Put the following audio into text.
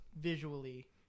visually